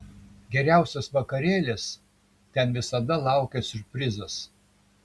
geriausias vakarėlis ten visada laukia siurprizas